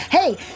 Hey